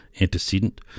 antecedent